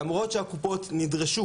למרות שהקופות נדרשו,